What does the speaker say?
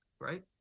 right